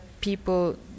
people